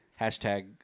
Hashtag